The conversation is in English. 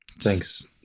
Thanks